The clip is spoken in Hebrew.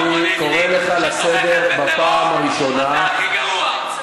אתה הכי גרוע.